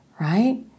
right